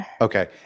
Okay